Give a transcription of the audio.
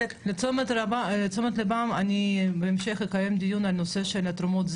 הילד הזה יהיה בתהליך הגיור והיה הולך עם חברים שלו מהכיתה,